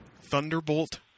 Thunderbolt